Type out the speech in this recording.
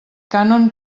cànon